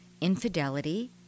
infidelity